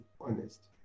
honest